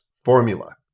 Formula